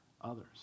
others